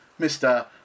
Mr